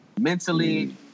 mentally